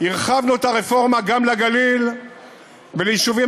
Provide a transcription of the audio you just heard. הרחבנו את הרפורמה גם לגליל וליישובים